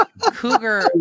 Cougar